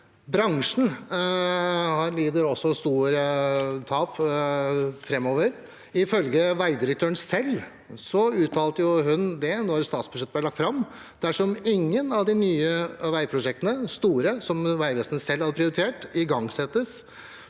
Bransjen lider også store tap framover, ifølge veidirektøren selv. Hun uttalte det da statsbudsjettet ble lagt fram. Dersom ingen av de nye store veiprosjektene som Vegvesenet selv har prioritert, igangsettes,